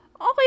Okay